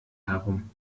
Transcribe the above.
herum